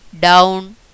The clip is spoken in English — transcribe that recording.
down